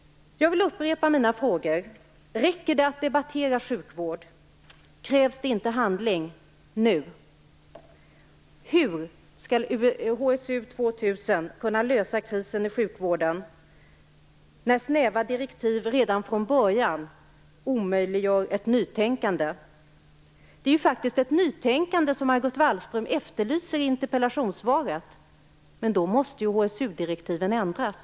Jag vill upprepa min frågor: Räcker det att debattera sjukvård? Krävs det inte handling nu? Hur skall HSU 2000 kunna lösa krisen i sjukvården, när snäva direktiv redan från början omöjliggör ett nytänkande? Det är ju faktiskt ett nytänkande som Margot Wallström efterlyser i interpellationssvaret. Men då måste ju HSU-direktiven ändras.